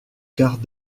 quart